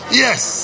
yes